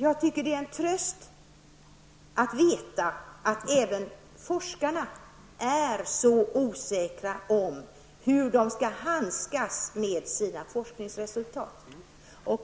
Jag tycker att det är en tröst att veta att även forskarna är så osäkra om hur de skall handskas med sina forskningsresultat.